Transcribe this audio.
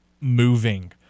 moving